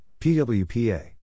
PWPA